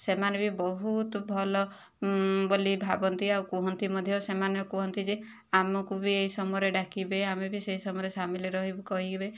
ସେମାନେ ବି ବହୁତ ଭଲ ବୋଲି ଭାବନ୍ତି ଆଉ କୁହନ୍ତି ମଧ୍ୟ ସେମାନେ କୁହନ୍ତି ଯେ ଆମକୁ ବି ଏହି ସମୟରେ ଡାକିବେ ଆମେ ବି ସେହି ସମୟରେ ସାମିଲ ରହିବୁ କହିବେ